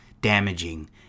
damaging